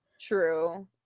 True